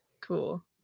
cool